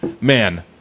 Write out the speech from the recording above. man